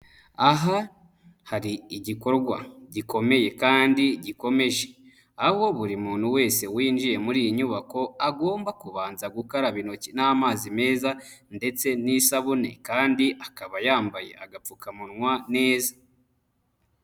Aha hari igikorwa gikomeye kandi gikomeje, aho buri muntu wese winjiye muri iyi nyubako, agomba kubanza gukaraba intoki n'amazi meza ndetse n'isabune kandi akaba yambaye agapfukamunwa neza.